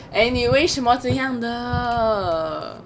eh 你为什么这样的